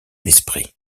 l’esprit